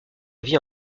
vie